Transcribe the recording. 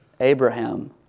Abraham